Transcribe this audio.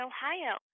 Ohio